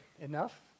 enough